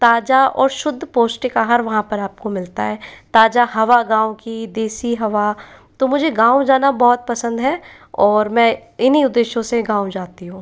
ताजा और शुद्ध पौष्टिक आहार वहाँ पर आपको मिलता है ताजा हवा गाँव की देसी हवा तो मुझे गाँव जाना बहुत पसंद है और मैं इन्हीं उद्देश्यों से गाँव जाती हूँ